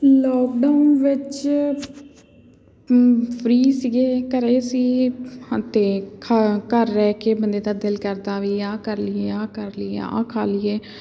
lockdown ਵਿੱਚ free ਸੀਗੇ ਘਰ ਸੀ ਅਤੇ ਘਰ ਰਹਿ ਕੇ ਬੰਦੇ ਦਾ ਦਿਲ ਕਰਦਾ ਵੀ ਆਹ ਕਰ ਲਈਏ ਆਹ ਕਰ ਲਈਏ ਆਹ ਖਾਹ ਲਈਏ